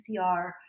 PCR